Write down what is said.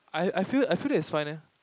I I feel I feel that it's fine eh